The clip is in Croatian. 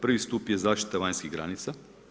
Prvi stup je zaštita vanjskih granica.